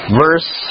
verse